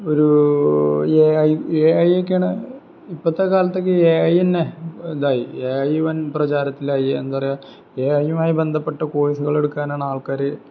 ഒരൂ AI AI ഒക്കെയാണ് ഇപ്പോഴത്തെ കാലത്തൊക്കെ ഏഐ തന്നെ ഇതായി ഏഐ വൻ പ്രചാരത്തിലായി എന്താണ് പറയുക എഐയുമായി ബന്ധപ്പെട്ട് കോഴ്സുകൾ എടുക്കാനാണ് ആൾക്കാർ